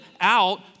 out